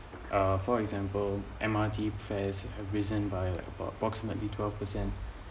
uh for example M_R_T fares have risen by like approximately twelve percent